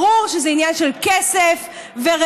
ברור שזה עניין של כסף ורווחים.